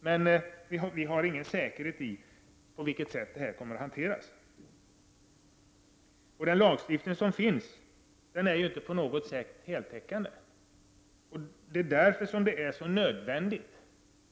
Men vi har ingen säkerhet för hur detta kommer att hanteras. Den lagstiftning som finns är inte på något sätt heltäckande. Det är därför nödvändigt att vi får regler.